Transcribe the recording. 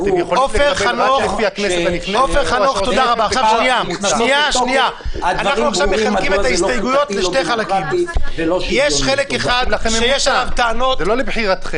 --- הדברים ברורים מדוע זה לא חוקתי ולא דמוקרטי ולא שוויוני.